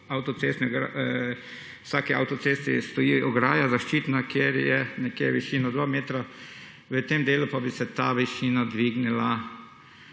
ob vsaki avtocesti stoji ograja, zaščitna, kjer je nekje višina dva metra, v tem delu pa bi se ta višina dvignila